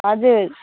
हजुर